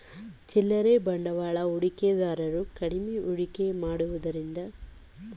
ಚಿಲ್ಲರೆ ಬಂಡವಾಳ ಹೂಡಿಕೆದಾರರು ಕಡಿಮೆ ಹೂಡಿಕೆ ಮಾಡುವುದರಿಂದ ಹೆಚ್ಚು ಶುಲ್ಕ, ಕಮಿಷನ್ ಕೊಡಬೇಕಾಗುತ್ತೆ